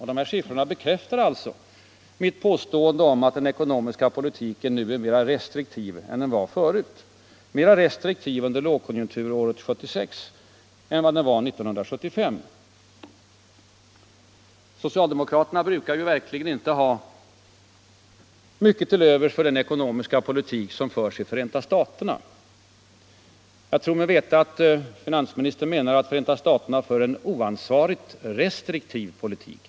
Dessa siffror bekräftar alltså mitt påstående att den ekonomiska politiken nu är mera restriktiv än den var förut — mera restriktiv under lågkonjunkturåret 1976 än vad den var 1975. Socialdemokraterna brukar ju verkligen inte ha mycket till övers för den ekonomiska politik som förs i Förenta staterna. Jag tror mig veta att finansministern menar att USA för en oansvarig, restriktiv politik.